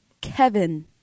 Kevin